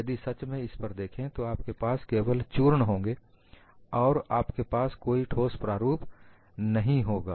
यदि सच में इस पर देखें तो आपके पास केवल चूर्ण होंगे आपके पास कोई ठोस प्रारूप नहीं होगा